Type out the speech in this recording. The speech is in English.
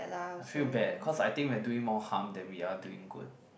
I feel bad cause I think we are doing more harm than we are doing good